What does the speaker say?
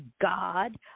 God